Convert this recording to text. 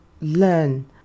learn